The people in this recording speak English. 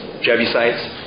Jebusites